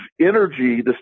energy